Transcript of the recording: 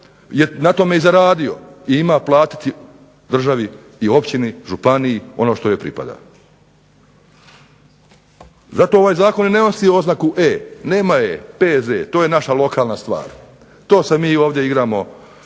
na tome i zaradio i ima platiti državi i općini, županiji ono što joj pripada. Zato ovaj zakon ne nosi oznaku E, nema E, P.Z. to je naša lokalna stvar, to se mi ovdje igramo